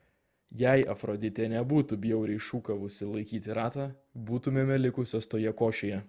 jei afroditė nebūtų bjauriai šūkavusi laikyti ratą būtumėme likusios toje košėje